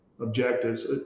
objectives